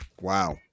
Wow